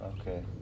okay